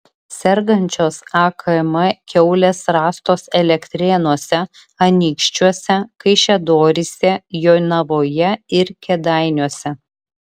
sergančios akm kiaulės rastos elektrėnuose anykščiuose kaišiadoryse jonavoje ir kėdainiuose